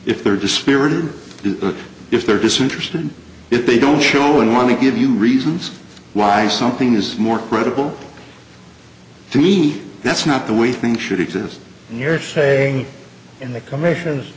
if they're dispirited if they're disinterested if they don't show and want to give you reasons why something is more credible to me that's not the way things should exist and you're saying in the comm